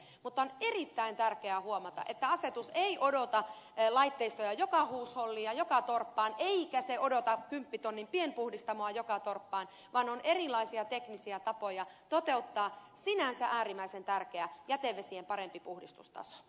mutta on erittäin tärkeää huomata että asetus ei odota laitteistoja joka huusholliin ja joka torppaan eikä se odota kymppitonnin pienpuhdistamoa joka torppaan vaan on erilaisia teknisiä tapoja toteuttaa sinänsä äärimmäisen tärkeä jätevesien parempi puhdistustaso